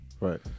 Right